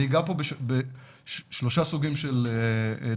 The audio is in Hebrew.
אני אגע פה בשלושה סוגים של תופעות.